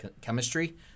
chemistry